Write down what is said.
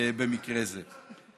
במקרה זה.